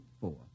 four